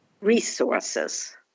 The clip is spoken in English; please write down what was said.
Resources